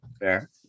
Fair